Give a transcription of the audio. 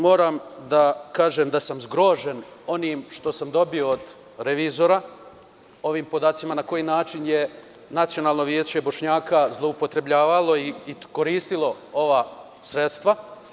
Moram da kažem i da sam zgrožen onim što sam dobio od revizora, ovim podacima na koji način je Nacionalno veće Bošnjaka zloupotrebljavalo i koristilo ova sredstva.